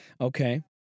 Okay